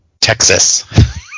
Texas